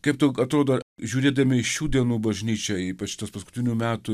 kaip tau atrodo žiūrėdami į šių dienų bažnyčią ypač tas paskutinių metų